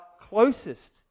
closest